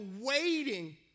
waiting